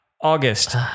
August